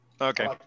Okay